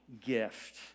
gift